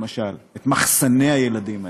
למשל, את מחסני הילדים האלה,